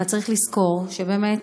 אבל צריך לזכור שבאמת